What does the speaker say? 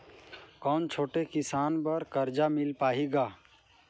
कौन छोटे किसान बर कर्जा मिल पाही ग?